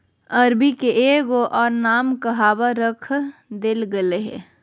अरबी के एगो और नाम कहवा रख देल गेलय हें